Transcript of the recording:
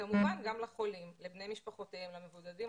כמובן גם לחולים, לבני משפחותיהם, למבודדים.